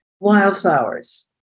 wildflowers